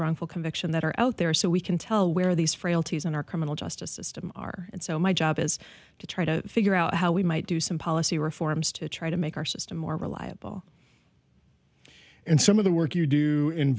wrongful conviction that are out there so we can tell where these frailties in our criminal justice system are and so my job is to try to figure out how we might do some policy reforms to try to make our system more reliable and some of the work you do in